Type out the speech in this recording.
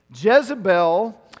Jezebel